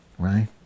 right